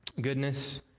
goodness